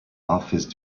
office